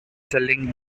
selling